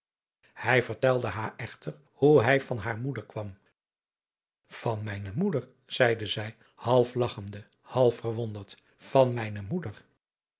hij vertelde haar echter hoe hij van haar moeder kwam van mijne moeder zeide zij half lagchende half verwonderd van mijne moeder